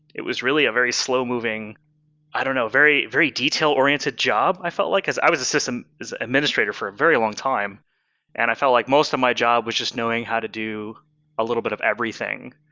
it was really a very slow moving i don't know. very very detail oriented job, i felt like, because i was a system administrator for a very long time and i felt like most of my job was just knowing how to do a little bit of everything.